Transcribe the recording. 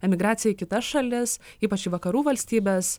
emigracija į kitas šalis ypač į vakarų valstybes